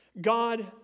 God